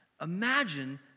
Imagine